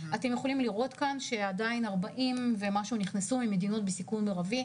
אתם יכולים לראות ש-40 ומשהו נכנסו ממדינות בסיכון מרבי,